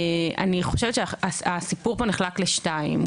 אני חושבת שהסיפור פה נחלק לשתיים,